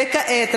כעת,